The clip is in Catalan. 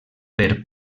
per